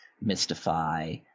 mystify